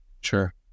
Sure